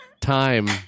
time